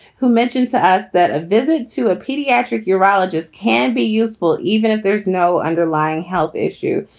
who mentioned to us that a visit to a pediatric urologist can be useful even if there's no underlying health issue,